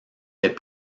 les